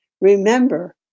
Remember